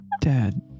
Dad